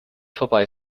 vorbei